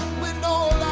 when all